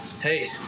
Hey